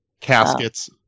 caskets